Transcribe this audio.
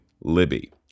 Libby